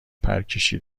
پرکشید